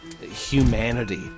humanity